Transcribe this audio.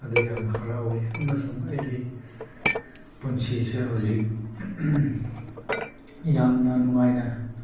ꯑꯗꯨ ꯌꯥꯝ ꯍꯔꯥꯎꯏ ꯑꯃꯁꯨꯡ ꯑꯩꯒꯤ ꯄꯨꯟꯁꯤꯁꯦ ꯍꯧꯖꯤꯛ ꯌꯥꯝꯅ ꯅꯨꯡꯉꯥꯏꯅ